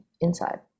inside